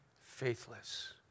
faithless